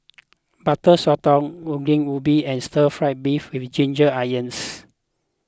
Butter Sotong Ongol Ubi and Stir Fried Beef with Ginger Onions